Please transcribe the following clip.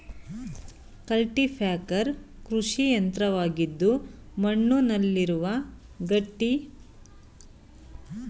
cultipacker ಕೃಷಿಯಂತ್ರವಾಗಿದ್ದು ಮಣ್ಣುನಲ್ಲಿರುವ ಗಟ್ಟಿ ಇಂಟೆಗಳನ್ನು ಪುಡಿ ಮಾಡತ್ತದೆ